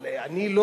סליחה, אבל אני לא,